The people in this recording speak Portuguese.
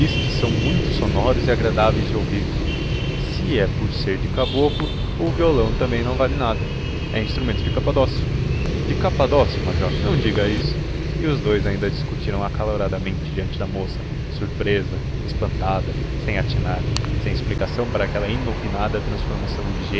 que são muito sonoros e agradáveis de ouvir se é por ser de caboclo o violão também não vale nada é um instrumento de capadócio de capadócio major não diga isso e os dous ainda discutiram acaloradamente diante da moça surpresa espantada sem atinar sem explicação para aquela inopinada transformação de